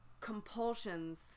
compulsions